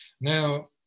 now